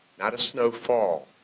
not a snowfall.